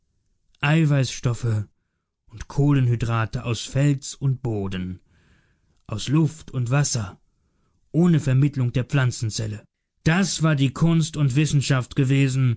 brot eiweißstoffe und kohlenhydrate aus fels und boden aus luft und wasser ohne vermittlung der pflanzenzelle das war die kunst und wissenschaft gewesen